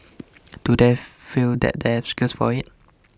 do they feel they have skills for it